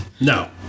No